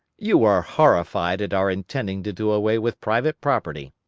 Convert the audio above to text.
you are horrified at our intending to do away with private property.